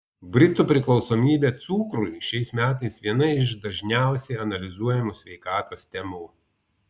britų priklausomybė cukrui šiais metais viena iš dažniausiai analizuojamų sveikatos temų